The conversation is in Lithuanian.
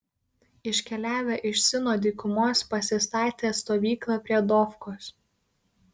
iškeliavę iš sino dykumos pasistatė stovyklą prie dofkos